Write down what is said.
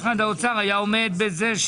משרד האוצר היה עומד בזה,